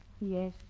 Yes